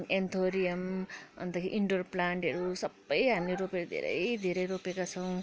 anthurium अन्त indoor प्लान्टहरू भयो सबै हामीले रोपेर धेरै धेरै हामीले रोपेका छौँ